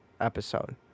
episode